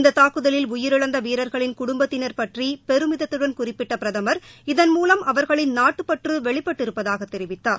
இந்த தாக்குதலில் உயிரிழந்த வீரர்களின் குடும்பத்தினர் பற்றி பெருமிதத்துடன் குறிப்பிட்ட பிரதமர் இதன் மூலம் அவர்களின் நாட்டுப் பற்று வெளிப்பட்டு இருப்பதாக தெரிவித்தார்